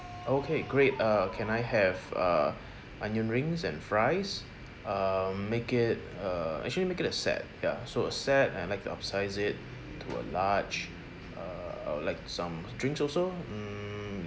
okay great uh can I have uh onion rings and fries err make it uh actually make it a set ya so a set and I'll like to upsize it to a large err I'll like some drinks also mm